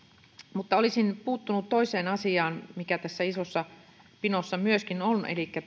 mutta olisin puuttunut toiseen asiaan mikä tässä isossa pinossa myöskin on elikkä